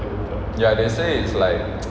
ya they say is like